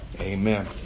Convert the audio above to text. Amen